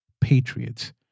patriots